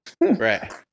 Right